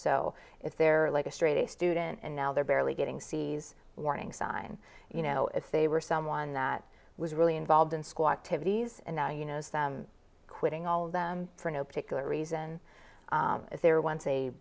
so if they're like a straight a student and now they're barely getting c's warning sign you know if they were someone that was really involved in school activities and now you know quitting all of them for no particular reason is there once a